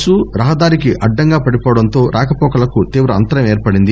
bus రహదారికి అడ్డంగా పడిపోవడంతో రాకపోకలకు తీవ్ర అంతరాయం ఏర్పడింది